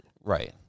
Right